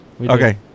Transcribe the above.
Okay